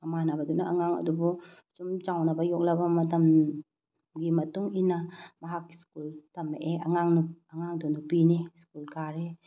ꯃꯃꯥꯟꯅꯕꯗꯨꯅ ꯑꯉꯥꯡ ꯑꯗꯨꯕꯨ ꯁꯨꯝ ꯆꯥꯎꯅꯕ ꯌꯣꯛꯂꯕ ꯃꯇꯝꯒꯤ ꯃꯇꯨꯡ ꯏꯟꯅ ꯃꯍꯥꯛꯀꯤ ꯁ꯭ꯀꯨꯜ ꯇꯝꯃꯛꯑꯦ ꯑꯉꯥꯡꯗꯨ ꯅꯨꯄꯤꯅꯤ ꯁ꯭ꯀꯨꯜ ꯀꯥꯔꯦ